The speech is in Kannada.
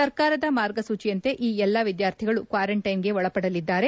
ಸರ್ಕಾರದ ಮಾರ್ಗಸೂಚಿಯಂತೆ ಈ ಎಲ್ಲಾ ವಿದ್ಯಾರ್ಥಿಗಳು ಕ್ವಾರಂಟ್ಲೆನ್ಗೆ ಒಳಪಡಲಿದ್ದಾರೆ